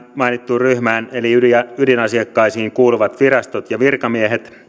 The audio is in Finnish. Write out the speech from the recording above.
mainittuun ryhmään eli ydinasiakkaisiin kuuluvat virastot ja virkamiehet